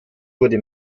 wurde